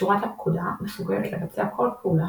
שורת הפקודה מסוגלת לבצע כל פעולה